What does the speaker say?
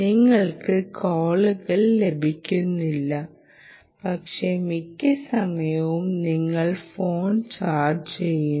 നിങ്ങൾക്ക് കോളുകൾ ലഭിക്കുന്നില്ല പക്ഷേ മിക്യ സമയവും നിങ്ങൾ ഫോൺ ചാർജ് ചെയ്യുന്നു